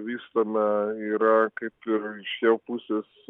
vystome yra kaip ir iš jav pusės